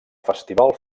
festival